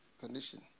condition